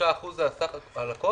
63% על הכול?